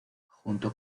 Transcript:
junto